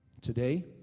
today